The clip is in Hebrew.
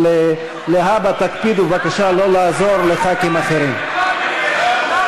אבל להבא תקפידו בבקשה לא לעזור לחברי כנסת אחרים.